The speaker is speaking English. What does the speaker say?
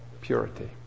purity